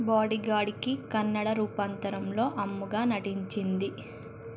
బాడీగార్డ్కి కన్నడ రూపాంతరంలో అమ్ముగా నటించింది